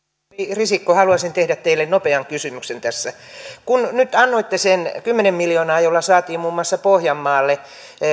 risikko haluaisin tehdä teille nopean kysymyksen tässä kun nyt annoitte sen kymmenen miljoonaa jolla saatiin muun muassa pohjanmaalle